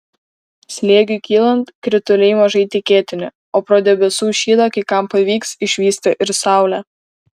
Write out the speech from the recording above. slėgiui kylant krituliai mažai tikėtini o pro debesų šydą kai kam pavyks išvysti ir saulę